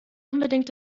unbedingt